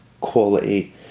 quality